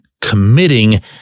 committing